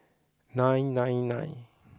nine nine nine